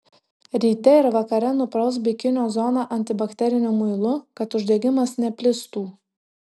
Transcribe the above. ryte ir vakare nuprausk bikinio zoną antibakteriniu muilu kad uždegimas neplistų